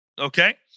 Okay